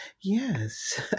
Yes